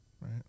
right